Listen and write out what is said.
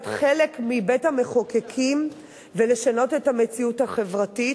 להיות חלק מבית-המחוקקים ולשנות את המציאות החברתית.